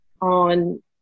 on